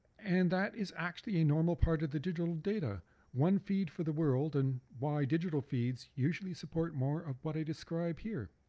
and that is actually a normal part of the digital data one feed for the world and why digital feeds usually support more of what i describe here.